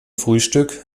frühstück